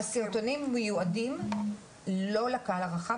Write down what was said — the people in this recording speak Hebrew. הסרטונים מיועדים לא לקהל הרחב,